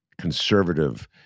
conservative